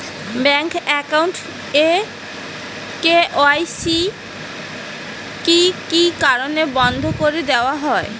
Bank account এর KYC কি কি কারণে বন্ধ করি দেওয়া হয়?